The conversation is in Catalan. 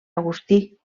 agustí